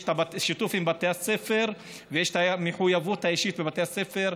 יש שיתוף עם בתי הספר ויש את המחויבות האישית בבתי הספר.